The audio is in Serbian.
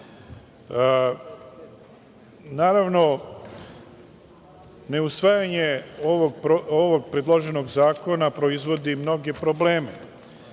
studije. Naravno, ne usvajanje ovog predloženog zakona proizvodi mnoge probleme,